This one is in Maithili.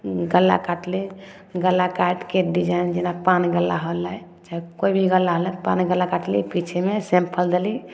गला काटली गला काटिके डिजाइन जेना पान गला होलय चाहे कोइ भी गला होलय पान गला काटली पीछेमे सिम्पल देली